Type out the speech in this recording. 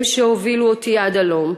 הם שהובילו אותי עד הלום,